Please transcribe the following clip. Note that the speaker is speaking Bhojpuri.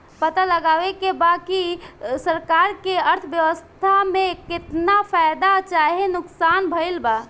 पता लगावे के बा की सरकार के अर्थव्यवस्था में केतना फायदा चाहे नुकसान भइल बा